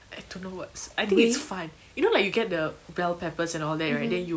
I don't know what's I think it's fun you know like you get the bell peppers and all that right then you